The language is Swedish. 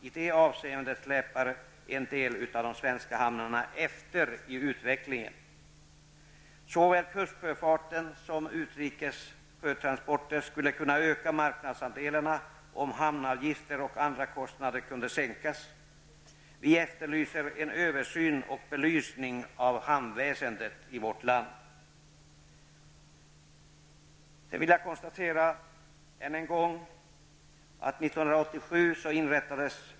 I det avseendet släpar en del av de svenska hamnarna efter i utvecklingen. Såväl kustsjöfarten som utrikes sjötransporter skulle kunna öka marknadsandelarna om hamnavgifter och andra kostnader kunde sänkas. Vi efterlyser en översyn som belyser hamnväsendet i vårt land.